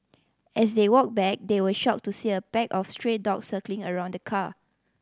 as they walked back they were shocked to see a pack of stray dogs circling around the car